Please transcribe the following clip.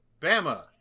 Bama